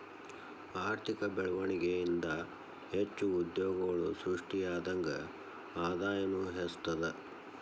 ಆರ್ಥಿಕ ಬೆಳ್ವಣಿಗೆ ಇಂದಾ ಹೆಚ್ಚು ಉದ್ಯೋಗಗಳು ಸೃಷ್ಟಿಯಾದಂಗ್ ಆದಾಯನೂ ಹೆಚ್ತದ